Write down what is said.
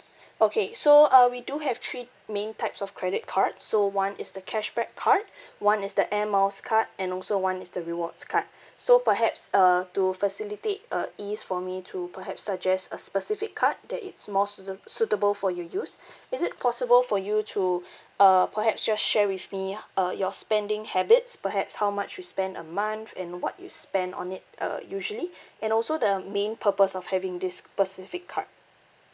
okay so uh we do have three main types of credit cards so one is the cashback card one is the air miles card and also one is the rewards card so perhaps uh to facilitate uh ease for me to perhaps suggest a specific card that it's more suita~ suitable for your use is it possible for you to uh perhaps just share with me uh your spending habits perhaps how much you spend a month and what you spend on it uh usually and also the main purpose of having this specific card